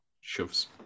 Shoves